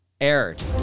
aired